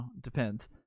depends